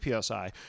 psi